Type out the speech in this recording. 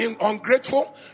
ungrateful